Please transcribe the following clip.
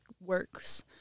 works